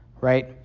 right